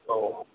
औ